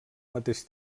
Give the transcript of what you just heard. mateix